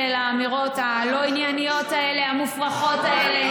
הצעות חוק ממשלתיות,